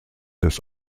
des